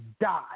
die